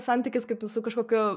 santykis kaip su kažkokiu